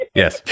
Yes